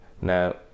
Now